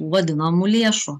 vadinamų lėšų